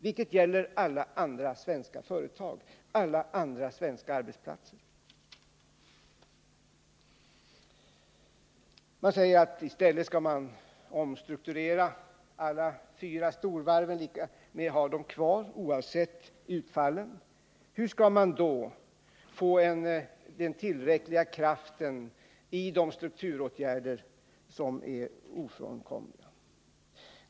Det gäller också alla andra svenska företag och arbetsplatser. I stället skall man omstrukturera alla fyra storvarven. Man vill ha dem kvar oavsett utfallet. Hur skall man då kunna åstadkomma tillräcklig kraft i de strukturåtgärder som är ofrånkomliga?